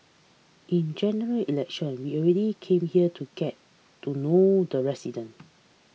in General Election we've already come here to get to know the resident